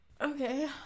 Okay